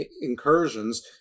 incursions